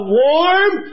warm